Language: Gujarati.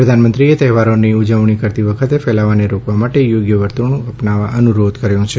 પ્રધાનમંત્રીએ તહેવારોની ઉજવણી કરતી વખતે ફેલાવાને રોકવા માટે યોગ્ય વર્તણૂક અપનાવવા અનુરોધ કર્યો છે